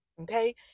Okay